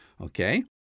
okay